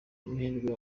amahirwe